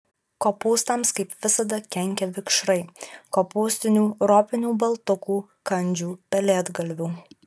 kopūstams kaip visada kenkia vikšrai kopūstinių ropinių baltukų kandžių pelėdgalvių